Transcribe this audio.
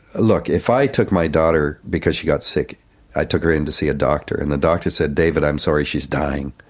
look, if i took my daughter because she got sick i took her in to see a doctor and the doctor said, david, i'm sorry, she's dying.